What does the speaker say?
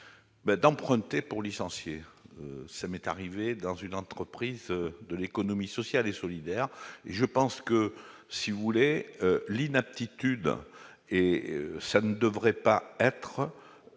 prenait pour licencier, ça m'est arrivé dans une entreprise de l'économie sociale et solidaire, je pense que si vous voulez l'inaptitude et ça ne devrait pas être